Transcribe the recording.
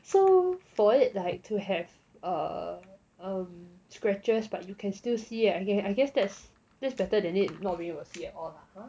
so for it like to have err um scratches but you can still see [right] I mean I guess that's that's better than it not being able to see at all lah !huh!